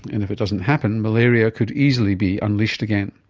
and if it doesn't happen malaria could easily be unleashed again.